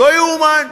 לא ייאמן,